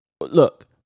look